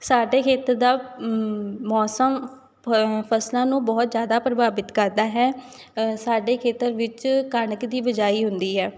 ਸਾਡੇ ਖੇਤਰ ਦਾ ਮੌਸਮ ਫਸਲਾਂ ਨੂੰ ਬਹੁਤ ਜ਼ਿਆਦਾ ਪ੍ਰਭਾਵਿਤ ਕਰਦਾ ਹੈ ਸਾਡੇ ਖੇਤਰ ਵਿੱਚ ਕਣਕ ਦੀ ਬਿਜਾਈ ਹੁੰਦੀ ਹੈ